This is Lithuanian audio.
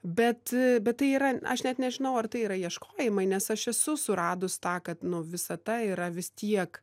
bet bet tai yra aš net nežinau ar tai yra ieškojimai nes aš esu suradus tą kad visata yra vis tiek